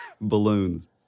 balloons